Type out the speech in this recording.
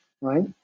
right